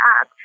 up